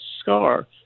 scar